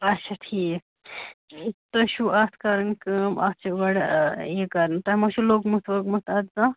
اچھا ٹھیٖک تۄہہِ چھِو اَتھ کرٕنۍ کٲم اَتھ چھِ گۄڈٕ یہِ کَرُن تۄہہِ ما چھُو لوٚگمُت ووٚگمُت اَتھ زانٛہہ